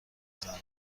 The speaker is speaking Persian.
زنه